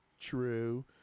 true